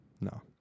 no